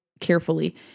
carefully